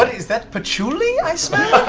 is that patchouli i smell?